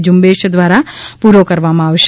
ઝુંબશ દ્વારા પૂરો કરવામાં આવશે